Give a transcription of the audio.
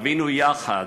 חווינו יחד,